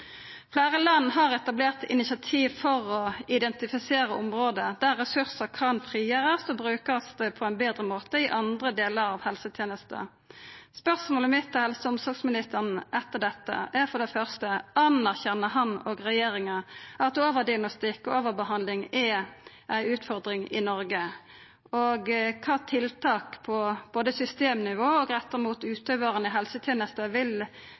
Fleire land har etablert initiativ for å identifisera område der ressursar kan frigjerast og brukast på ein betre måte i andre delar av helsetenesta. Spørsmålet mitt til helse- og omsorgsministeren etter dette er for det første: Anerkjenner han og regjeringa at overdiagnostikk og overbehandling er ei utfordring i Noreg? Og: Kva tiltak på systemnivå og retta mot utøvarane i helsetenesta vil